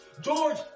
George